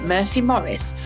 Murphy-Morris